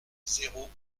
zéro